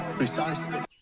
precisely